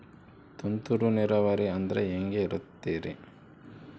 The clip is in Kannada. ತುಂತುರು ನೇರಾವರಿ ಅಂದ್ರೆ ಹೆಂಗೆ ಇರುತ್ತರಿ?